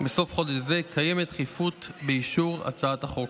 בסוף חודש זה, קיימת דחיפות באישור הצעת החוק.